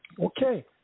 Okay